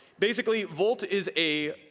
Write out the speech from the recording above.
basically, volt is a